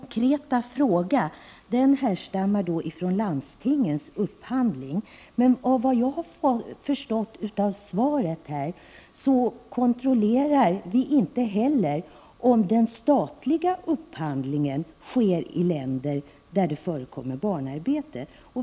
Herr talman! Det är riktigt att min konkreta fråga härstammar från landstingens upphandling. Men enligt vad jag har förstått av svaret kontrollerar vi inte heller om den statliga upphandlingen sker i länder där det förekommer barnarbete.